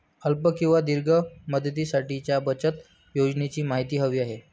अल्प किंवा दीर्घ मुदतीसाठीच्या बचत योजनेची माहिती हवी आहे